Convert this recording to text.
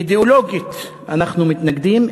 אידיאולוגית אנחנו מתנגדים.